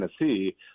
Tennessee